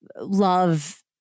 love